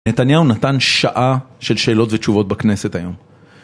נתניהו נתן שעה של שאלות ותשובות בכנסת היום.